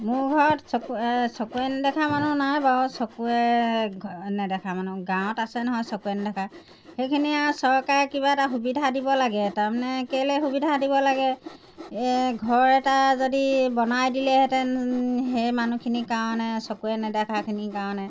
মোৰ ঘৰত চকু চকুৰে নেদেখা মানুহ নাই বাৰু চকুৰে নেদেখা মানুহ গাঁৱত আছে নহয় চকুৰে নেদেখা সেইখিনিয়ে আৰু চৰকাৰে কিবা এটা সুবিধা দিব লাগে তাৰমানে কেলেই সুবিধা দিব লাগে এই ঘৰ এটা যদি বনাই দিলেহেঁতেন সেই মানুহখিনিৰ কাৰণে চকুৰে নেদেখাখিনিৰ কাৰণে